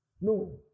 No